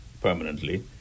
permanently